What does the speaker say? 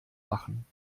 machen